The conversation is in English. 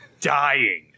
dying